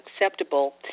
acceptable